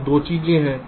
अब 2 चीजें हैं